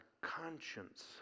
conscience